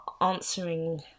answering